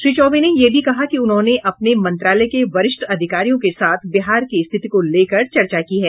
श्री चौबे ने यह भी कहा कि उन्होंने अपने मंत्रालय के वरिष्ठ अधिकारियों के साथ बिहार की स्थिति को लेकर चर्चा की है